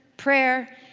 prayer,